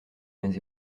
mes